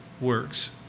works